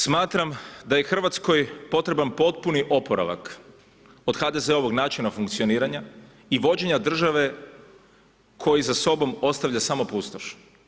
Smatram da je Hrvatskoj potreban potpuni oporavak od HDZ-ovog načina funkcioniranja i vođenja države koji za sobom ostavlja samo pustoš.